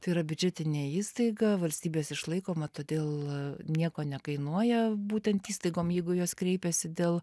tai yra biudžetinė įstaiga valstybės išlaikoma todėl nieko nekainuoja būtent įstaigom jeigu jos kreipiasi dėl